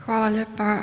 Hvala lijepa.